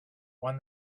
when